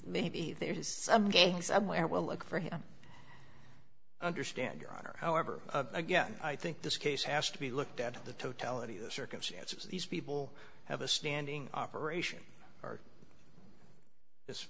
maybe there's some games where we'll look for him understand your honor however again i think this case has to be looked at the totality of the circumstances these people have a standing operation or